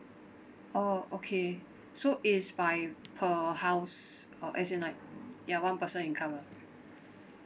orh okay so is by per house or as in like ya one person income ah